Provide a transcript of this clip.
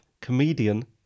comedian